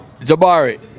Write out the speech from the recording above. Jabari